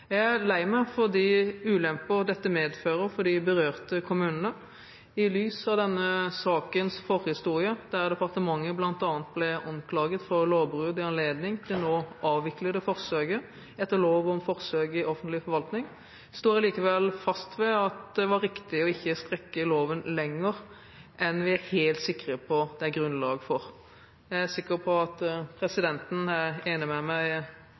lei meg for de ulemper dette medfører for de berørte kommunene. I lys av denne sakens forhistorie, der departementet bl.a. ble anklaget for lovbrudd i anledning det nå avviklede forsøket etter lov om forsøk i offentlig forvaltning, står jeg likevel fast ved at det var riktig å ikke strekke loven lenger enn vi er helt sikre på at det er grunnlag for. Jeg er sikker på at presidenten er enig med meg